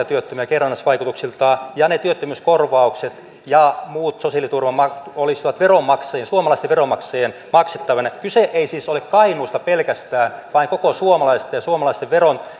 työttömiä kerrannaisvaikutuksiltaan ja ne työttömyyskorvaukset ja muut sosiaaliturvamaksut olisivat suomalaisten veronmaksajien maksettavana kyse ei siis ole kainuusta pelkästään vaan koko suomesta ja suomalaisten